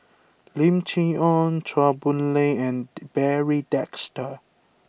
Lim Chee Onn Chua Boon Lay and Barry Desker